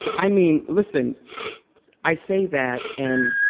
i mean, listen i say that, and